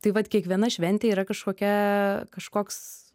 taip vat kiekviena šventė yra kažkokia kažkoks